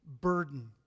burden